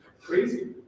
Crazy